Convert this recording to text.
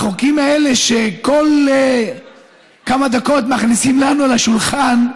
החוקים האלה שכל כמה דקות שמים לנו על לשולחן,